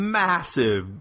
massive